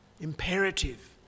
Imperative